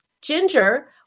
Ginger